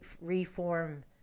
reform